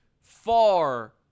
far